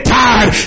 tired